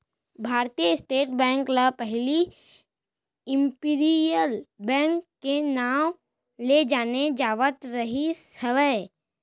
भारतीय state bank ल पहिली इम्पीरियल बेंक के नांव ले जाने जावत रिहिस हवय